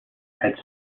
had